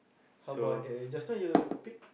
how about the just now you pick